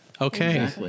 okay